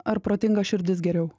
ar protinga širdis geriau